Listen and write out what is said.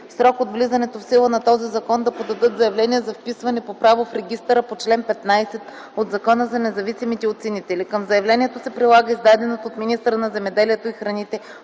срок от влизането в сила на този закон да подадат заявление за вписване по право в регистъра по чл. 15 от Закона за независимите оценители. Към заявлението се прилага издаденото от министъра на земеделието и храните